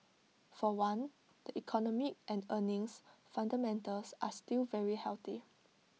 for one the economic and earnings fundamentals are still very healthy